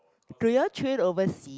do you all train oversea